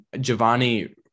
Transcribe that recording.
Giovanni